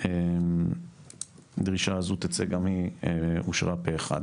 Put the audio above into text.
אושר הדרישה הזו תצא גם היא אושרה פה אחד.